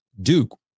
Duke